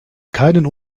keinen